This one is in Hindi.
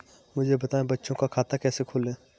मुझे बताएँ बच्चों का खाता कैसे खोलें?